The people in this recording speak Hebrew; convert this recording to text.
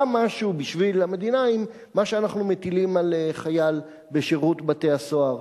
משהו בשביל המדינה עם מה שאנחנו מטילים על חייל בשירות בתי-הסוהר,